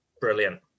brilliant